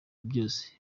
byose